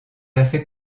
assez